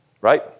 Right